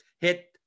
hit